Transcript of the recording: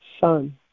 Son